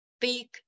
big